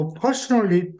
personally